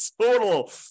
total